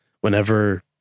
whenever